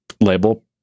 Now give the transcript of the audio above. label